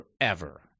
forever